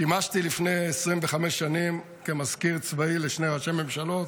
שימשתי לפני 25 שנים כמזכיר צבאי לשני ראשי ממשלות.